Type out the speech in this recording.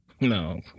No